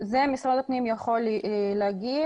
משרד הפנים יכול להגיד.